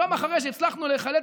יום אחרי שהצלחנו להיחלץ,